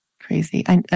Crazy